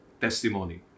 testimony